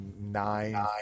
nine